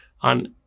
on